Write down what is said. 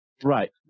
Right